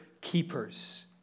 keepers